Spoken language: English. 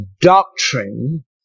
doctrine